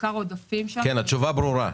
התשובה ברורה.